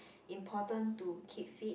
important to keep fit